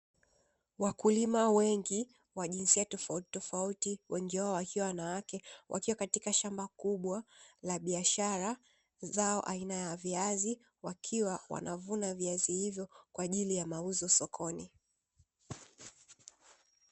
Wakulima wengi wa jinsia tofauti tofauti wengi wakiwa wanawake, wakiwa katika shamba kubwa la biashara aina ya viazi wakiwa wanavuna viazi hivyo kwa ajili ya mauzo sokoni.